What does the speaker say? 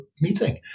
meeting